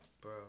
bro